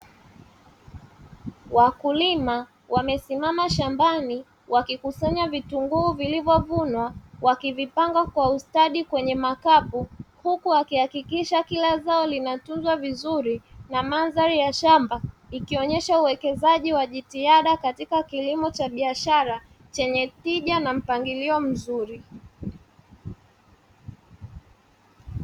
Wakulima wamesimama shambani wakikusanya vitunguu vilivyovunwa wakivipanga kwa ustadi kwenye makopo huku akihakikisha kila zao lina tunzwa vizuri na mandhari ya shamba ikionesha uwekezaji wa jitihada katika kilimo cha biashara chenye tija na mpangilio mzuri.